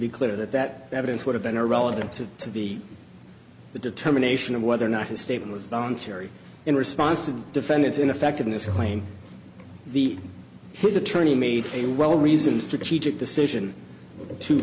be clear that that evidence would have been irrelevant to the the determination of whether or not his statement was voluntary in response to defendant's ineffectiveness claim the his attorney made a well reasons to keep it decision to